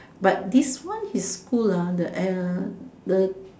but this one his school lah the the